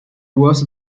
was